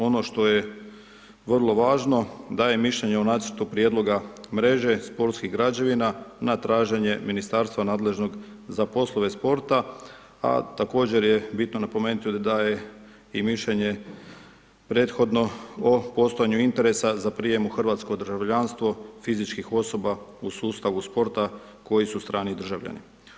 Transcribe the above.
Ono što je vrlo važno, daje mišljenje o nacrtu prijedlog mreže, sportskih građevina, na traženje ministarstva nadležnog za poslove sporta, a također je bitno napomenuti da je i mišljenje prethodno o postojanju interesa za prijem u hrvatsko državljanstvo fizičkih osoba u sustavu sporta koji su strani državljani.